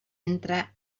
entra